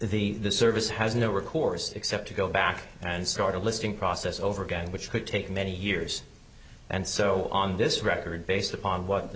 the service has no recourse except to go back and start a listing process over again which could take many years and so on this record based upon what the